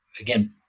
again